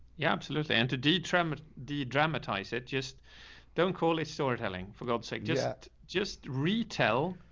yeah, absolutely. entity trem de dramatize it just don't call it storytelling for god's sake, just yet. just retail.